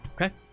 Okay